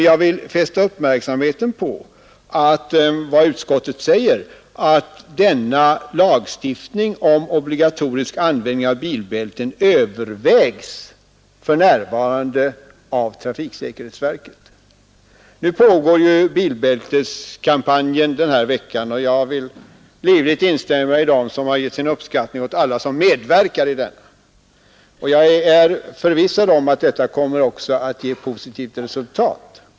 Jag vill dock fästa uppmärksamheten på vad utskottet säger, att frågan om lagstiftning beträffande obligatorisk användning av bilbälten för närvarande övervägs av trafiksäkerhetsverket. Nu pågår bilbälteskampanjen denna vecka, och jag vill livligt instämma med dem som har gett sin uppskattning åt alla som medverkar i den. Jag är förvissad om att kampanjen också kommer att ge positivt resultat.